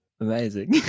Amazing